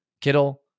Kittle